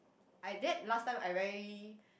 I did last time I very